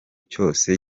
cyose